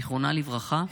זיכרונה לברכה,